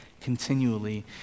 continually